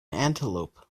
antelope